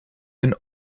and